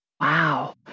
Wow